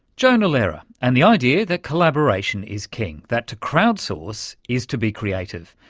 jonah lehrer and the idea that collaboration is king, that to crowd-source is to be creative.